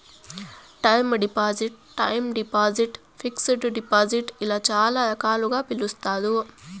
term deposit time deposit fixed deposit ఇలా చాలా రకాలుగా పిలుస్తారు